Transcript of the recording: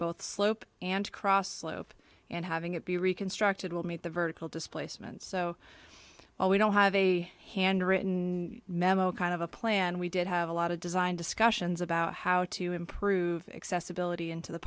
both slope and cross slope and having it be reconstructed will meet the vertical displacement so well we don't have a handwritten memo kind of a plan we did have a lot of design discussions about how to improve accessibility into the